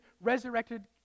resurrected